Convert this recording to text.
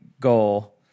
goal